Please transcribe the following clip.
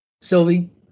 Sylvie